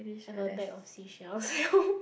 and a bag of seashells